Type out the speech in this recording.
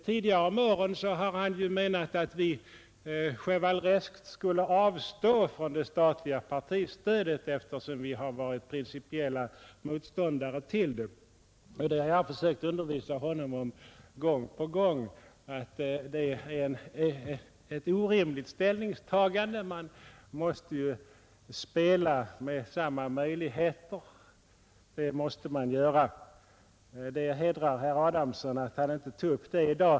Tidigare om åren har han menat att vi chevalereskt skulle avstå från det statliga partistödet, därför att vi principiellt varit motståndare till det. Jag har gång på gång försökt undervisa honom om att det är en orimlig ståndpunkt. Man måste ju spela på lika villkor och med samma möjligheter. Det hedrar herr Adamsson att han inte tog upp detta i dag.